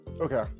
Okay